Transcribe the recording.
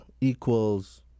equals